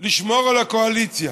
לשמור על הקואליציה,